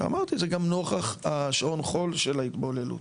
ואמרתי את זה גם נוכח שעון החול של ההתבוללות.